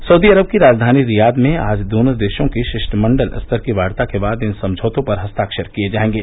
Saudi Arab की राजधानी Riyadh में आज दोनों देशों की शिष्टमंडल स्तर की वार्ता के बाद इन समझौतों पर हस्ताक्षर किए जाएंगे